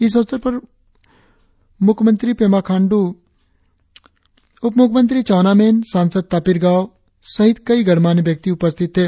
इस अवसर पर मुख्यमंत्री पेमा खाण्डू उपमुख्यमंत्री चाउना मेन सासंद तापिर गाव सहित कई गणमान्य व्यक्ति उपस्थित थे